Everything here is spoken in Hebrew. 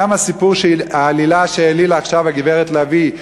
גם סיפור העלילה שהעלילה עכשיו הגברת לביא,